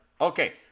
Okay